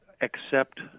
accept